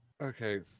Okay